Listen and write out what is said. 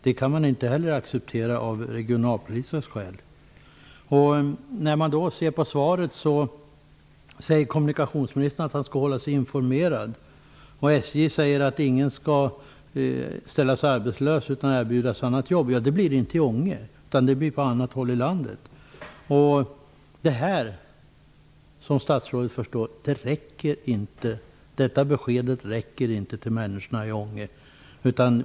Det kan man inte heller acceptera av regionalpolitiska skäl. Det står i svaret att kommunikationsministern skall hålla sig informerad. SJ säger att ingen skall ställas arbetslös, utan erbjudas annat jobb. Ja, men det blir inte i Ånge. Det blir på annat håll i landet. Det här räcker inte, som statsrådet förstår. Detta besked räcker inte till människorna i Ånge.